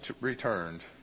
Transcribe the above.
returned